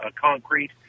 concrete